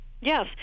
Yes